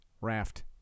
raft